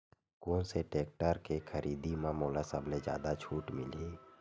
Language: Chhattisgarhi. कोन से टेक्टर के खरीदी म मोला सबले जादा छुट मिलही?